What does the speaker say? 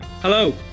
Hello